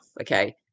okay